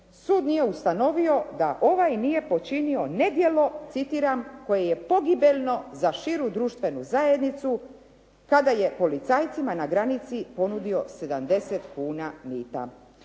sud nije ustanovio da ovaj nije počinio nedjelo, citiram, koje je pogibeljno za širu društvenu zajednicu kada je policajcima na granici ponudio 70 kuna mita.